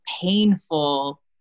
painful